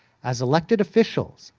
as elected officials,